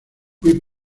muy